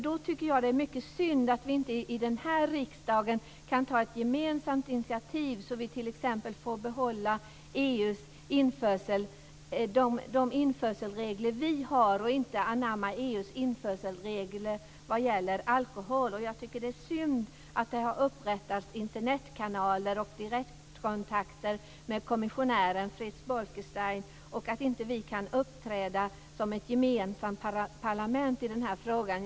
Det är synd att vi inte i riksdagen kan ta ett gemensamt initiativ så att vi t.ex. kan behålla de införselregler vi har och inte anamma EU:s införselregler vad gäller alkohol. Det är synd att det har upprättats Internetkanaler och direktkontakter med kommissionären Frits Bolkestein och att vi inte kan uppträda som ett gemensamt parlament i frågan.